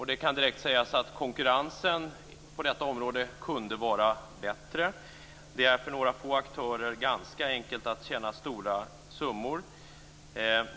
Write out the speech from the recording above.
Det kan direkt sägas att konkurrensen på området kunde vara bättre. Det är för några få aktörer ganska enkelt att tjäna stora summor.